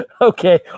Okay